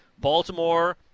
Baltimore